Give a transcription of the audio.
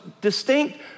distinct